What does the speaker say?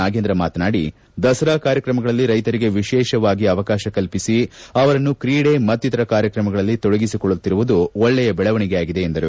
ನಾಗೇಂದ್ರ ಮಾತನಾಡಿ ದಸರಾ ಕಾರ್ಯಕ್ರಮಗಳಲ್ಲಿ ರೈತರಿಗೆ ವಿಶೇಷವಾಗಿ ಅವಕಾಶ ಕಲ್ಲಿಸಿ ಅವರನ್ನು ತ್ರೀಡೆ ಮತ್ತಿತರ ಕಾರ್ಯಕ್ರಮಗಳಲ್ಲಿ ತೊಡಗಿಸಿಕೊಳ್ಳುತ್ತಿರುವುದು ಒಳ್ಳೆಯ ಬೆಳವಣಿಗೆಯಾಗಿದೆ ಎಂದರು